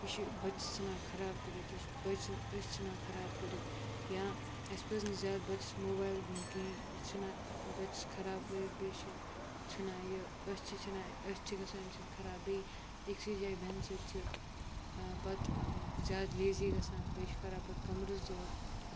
یہِ چھِ بَچَس ژھٕنان خراب کٔرِتھ یہِ چھِ بَچہِ سٕنٛز أچھ ژھٕنان خراب کٔرِتھ یا اَسہِ پَزِ نہٕ زیادٕ بَچَس موبایل دیُن کِہیٖنۍ یہِ چھِ ژھٕنان بَچَس خراب کٔرِتھ بیٚیہِ چھِ ژھٕنان یہِ أچھِ ژھٕنان أچھِ چھِ گژھان اَمہِ سۭتۍ خراب بیٚیہِ أکۍسٕے جایہِ بیٚہنہٕ سۭتۍ چھِ پَتہٕ زیادٕ لیزی گژھان بیٚیہِ چھِ کَران پَتہٕ کَمرَس دود